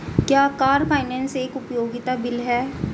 क्या car finance एक उपयोगिता बिल है?